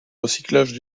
recyclage